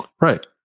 Right